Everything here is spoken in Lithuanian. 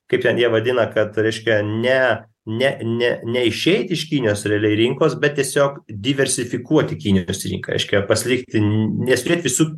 kaip ten jie vadina kad reiškia ne ne ne neišeit iš kinijos realiai rinkos bet tiesiog diversifikuoti kinijos rinką reiškia pasilikti nesudėt visų